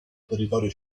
territorio